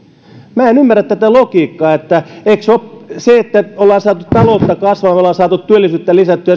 minä en ymmärrä tätä logiikkaa eikö se että ollaan saatu talouden kasvun myötä työllisyyttä lisättyä